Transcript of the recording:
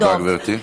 תודה, גברתי.